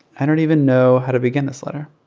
i don't even know how to begin this letter.